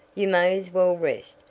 you may as well rest,